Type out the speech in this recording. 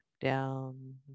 down